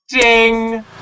Ding